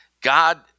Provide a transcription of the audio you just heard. God